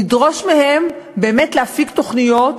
נדרוש מהם באמת להפיק תוכניות